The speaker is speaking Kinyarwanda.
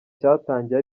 cyatangiye